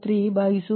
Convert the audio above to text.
0101ಕೋನ minus 2